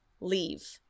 leave